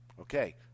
Okay